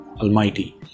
Almighty